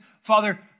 Father